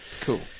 Cool